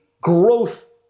growth